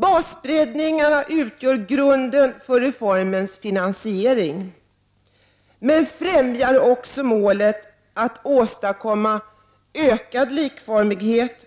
Basbreddningarna utgör grunden för reformens finansiering, men främjar också målen att åstadkomma ökad likformighet